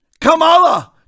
kamala